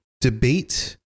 debate